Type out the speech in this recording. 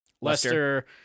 Lester